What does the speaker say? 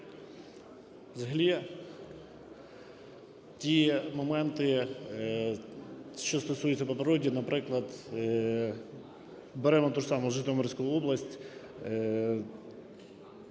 Взагалі ті моменти, що стосуються плодороддя, наприклад, беремо ту ж саму Житомирську область.